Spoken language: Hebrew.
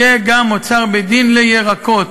יהיה גם אוצר בית-דין לירקות,